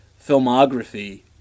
filmography